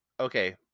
Okay